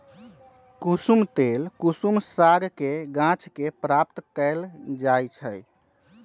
कुशुम तेल कुसुम सागके गाछ के प्राप्त कएल जाइ छइ